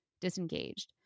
disengaged